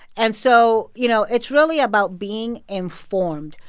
and so, you know, it's really about being informed.